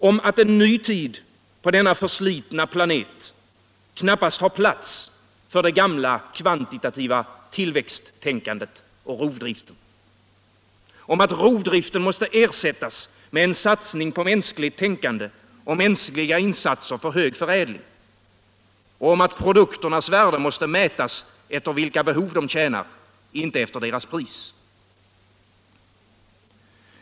Om att en ny tid på denna förslitna planet knappast har plats för det gamla kvantativa tillväxttänkandet och rovdriften. Om att rov ” driften måste ersättas med en satsning på mänskligt tänkande och mänskliga insatser för hög förädling och om att produkternas värde måste mätas efter vilka behov de tjänar, inte efter deras pris.